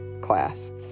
class